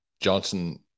johnson